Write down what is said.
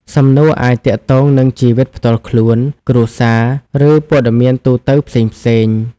សំណួរអាចទាក់ទងនឹងជីវិតផ្ទាល់ខ្លួន គ្រួសារ ឬព័ត៌មានទូទៅផ្សេងៗ។